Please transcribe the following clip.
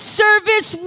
service